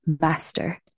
master